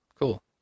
Cool